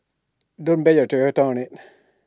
don't bet your Toyota on IT